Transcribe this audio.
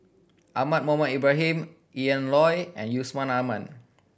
Ahmad Mohamed Ibrahim Ian Loy and Yusman Aman